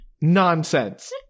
Nonsense